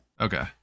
Okay